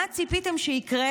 מה ציפיתם שיקרה